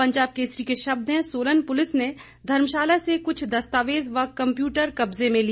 पंजाब केसरी के शब्द हैं सोलन पुलिस ने धर्मशाला से कुछ दस्तावेज व कम्प्यूटर कब्जे में लिए